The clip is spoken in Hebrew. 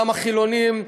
גם החילונים,